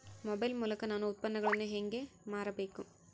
Mobile ಮೂಲಕ ನಾನು ಉತ್ಪನ್ನಗಳನ್ನು ಹೇಗೆ ಮಾರಬೇಕು?